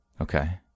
Okay